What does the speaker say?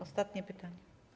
Ostatnie pytanie.